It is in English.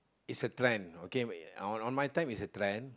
it's a trend okay on my time it's a trend